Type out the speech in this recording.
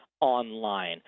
online